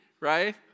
right